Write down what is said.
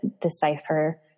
decipher